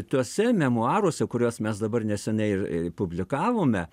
tuose memuaruose kuriuos mes dabar neseniai ir publikavome